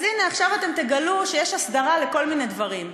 אז הנה, עכשיו תגלו שיש הסדרה לכל מיני דברים.